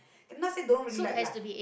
can not say don't really like lah I